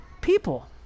people